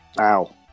Ow